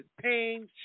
pain